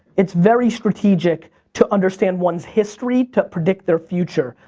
it's very strategic to understand ones history to predict their future.